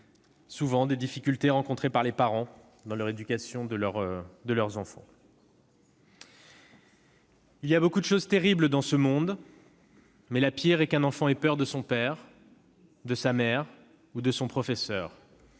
symptôme des difficultés rencontrées par les parents dans l'éducation de leurs enfants. « Il y a beaucoup de choses terribles dans ce monde, mais la pire est qu'un enfant ait peur de son père, de sa mère ou de son professeur